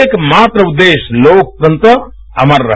एकमात्र उद्देश्य लोकतंत्र अमर रहे